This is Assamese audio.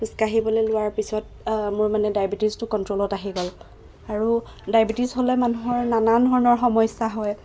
খোজ কাঢ়িবলৈ লোৱাৰ পিছত মোৰ মানে ডায়েবেটিছটো কন্ট্ৰলত আহি গ'ল আৰু ডায়েবেটিছ হ'লে মানুহৰ নানান ধৰণৰ সমস্যা হয়